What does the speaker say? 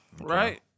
right